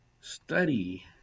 study